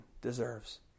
deserves